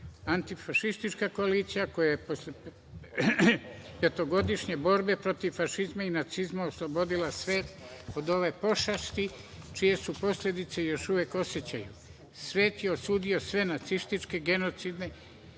borbi. Anitfašistička koalicija koja je posle petogodišnje borbe protiv fašizma i protiv nacizma oslobodila svet od ove pošasti, čije su posledice još uvek osećaju. Svet je osudio sve nacističke genocide